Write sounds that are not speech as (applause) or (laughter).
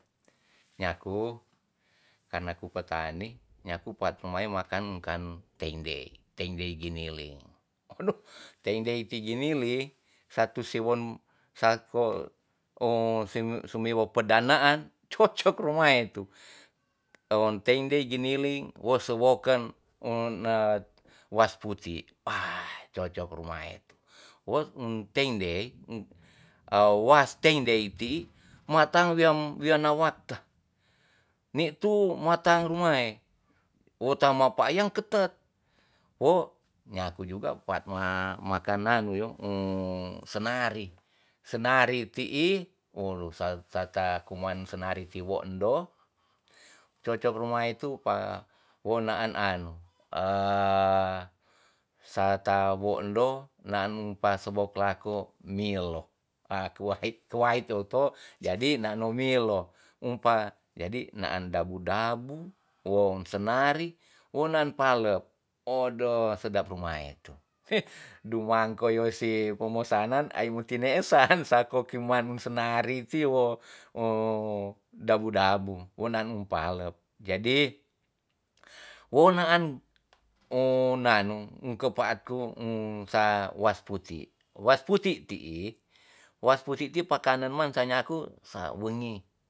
Nyaku karna ku petani nyaku paat rumae makan kan tendei tindei giniling odo tendei ti ginili satu siwon sako o semi sumiwo pedanaan cocok rumae tu elon tendei giniling wos sewoken we na was putik ah cocok rumae tu wo em tendei um was tendei ti mata wea wea na wakta ni tu wakta rumae wo ta ma pakyang ketek wo nyaku juga kuat ma makan anu yo senari senari ti'i wo sata ta kuman senari tiwo endo cocok rumae tu pa wonaan anu (hesitation) sata wo endo naan mu pa sebok lako milo a kewait kewait tou to jadi nano milo jadi naan dabu dabu won senari won naan palet odo sedap rumae tu (laughs) dumangkoi yo si pemesanan ai muti ne esaan sako kimanun senari tiwo o dabu dabu wo nanum palet jadi wo naan- wo naan nu kepaat ku u sa was putik was putik ti'i was putik ti pakenan man sa nyaku sa wengi